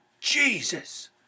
Jesus